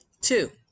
Two